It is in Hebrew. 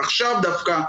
עכשיו דווקא,